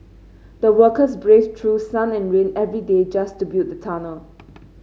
the workers braved through sun and rain every day just to build the tunnel